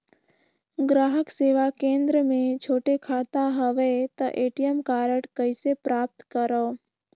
ग्राहक सेवा केंद्र मे छोटे खाता हवय त ए.टी.एम कारड कइसे प्राप्त करव?